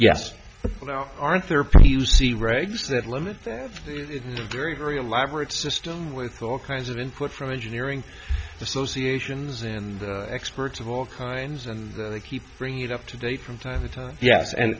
that limit the very very elaborate system with all kinds of input from engineering associations and experts of all kinds and they keep bringing it up to date from time to time yes and